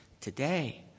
today